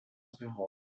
horsemen